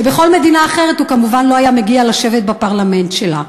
כשבכל מדינה אחרת הוא כמובן לא היה מגיע לשבת בפרלמנט שלה.